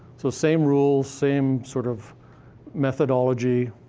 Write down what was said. so same rules, same sort of methodology,